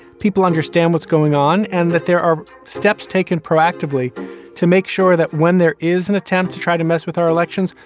people understand what's going on and that there are steps taken proactively to make sure that when there is and attempt to try to mess with our elections,